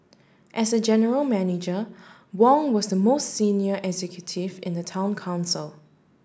as general manager Wong was the most senior executive in the Town Council